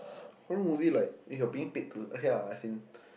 horror movie like if you're being paid to okay lah I think